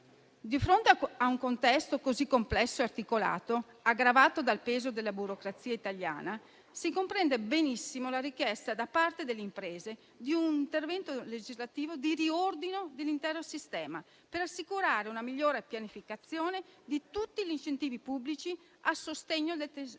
Di fronte a un contesto così complesso e articolato, aggravato dal peso della burocrazia italiana, si comprende benissimo la richiesta da parte delle imprese di un intervento legislativo di riordino dell'intero sistema per assicurare una migliore pianificazione di tutti gli incentivi pubblici a sostegno del tessuto